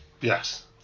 Yes